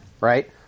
right